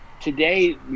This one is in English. Today